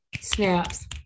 Snaps